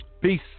Peace